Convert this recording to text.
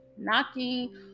knocking